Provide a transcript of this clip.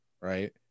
Right